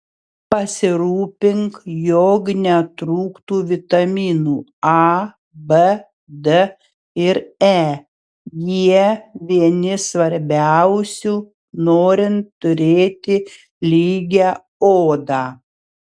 pasirūpink jog netrūktų vitaminų a b d ir e jie vieni svarbiausių norint turėti lygią odą